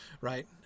Right